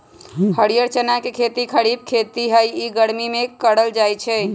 हरीयर चना के खेती खरिफ खेती हइ इ गर्मि में करल जाय छै